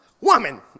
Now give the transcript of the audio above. Woman